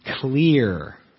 clear